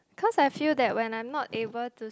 cause I feel that when I'm not able to